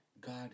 God